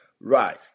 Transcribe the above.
Right